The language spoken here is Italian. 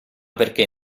perché